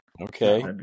okay